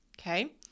okay